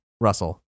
russell